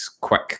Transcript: quick